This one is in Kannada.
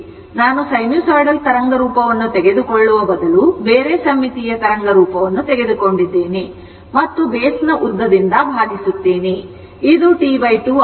ನಾನು ಸೈನುಸೈಡಲ್ ತರಂಗರೂಪವನ್ನು ತೆಗೆದುಕೊಳ್ಳುವ ಬದಲು ಬೇರೆ ಸಮ್ಮಿತೀಯ ತರಂಗರೂಪವನ್ನು ತೆಗೆದುಕೊಂಡಿದ್ದೇನೆ ಮತ್ತು base ನ ಉದ್ದದಿಂದ ಭಾಗಿಸುತ್ತೇನೆ ಇದು T 2 ಆಗಿದೆ